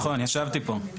נכון, ישבתי פה.